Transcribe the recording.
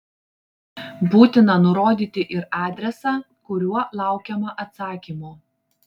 būtina nurodyti ir adresą kuriuo laukiama atsakymo